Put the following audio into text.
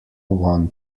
won